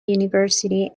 university